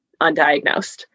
undiagnosed